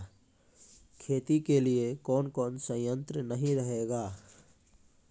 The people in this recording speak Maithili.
खेती के लिए कौन कौन संयंत्र सही रहेगा?